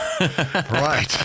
Right